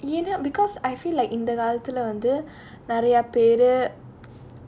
then I either because I feel like இந்த காலத்துல வந்து நிறையா பேரு:intha kaalathula vanthu niraiyaa peru